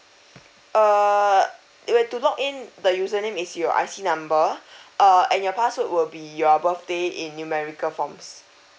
err you have to log in the user name is your I_C number uh and your password will be your birthday in numerical forms